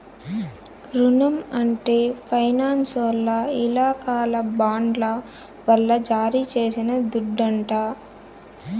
రునం అంటే ఫైనాన్సోల్ల ఇలాకాల బాండ్ల వల్ల జారీ చేసిన దుడ్డంట